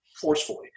forcefully